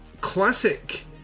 classic